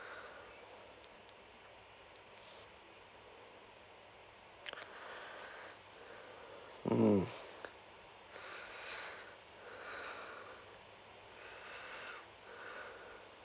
mm